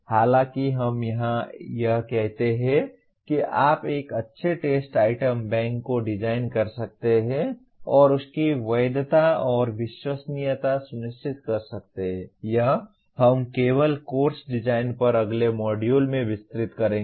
हालांकि हम यहां यह कहते हैं कि आप एक अच्छे टेस्ट आइटम बैंक को डिजाइन कर सकते हैं और इसकी वैधता और विश्वसनीयता सुनिश्चित कर सकते हैं यह हम केवल कोर्स डिजाइन पर अगले मॉड्यूल में विस्तृत करेंगे